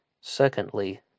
Secondly